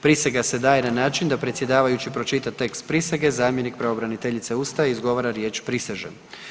Prisega se daje na način da predsjedavajući pročita tekst prisege, zamjenik pravobraniteljice ustaje i izgovara riječ „prisežem“